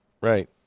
right